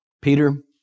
Peter